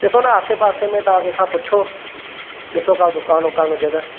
ॾिसो न आसे पासे में तव्हां कंहिंखां पुछो ॾिसो का दुकान वुकान हुजे त